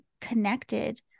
connected